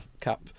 cap